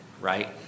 right